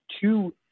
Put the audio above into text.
two